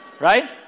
Right